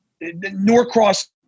Norcross